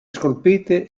scolpite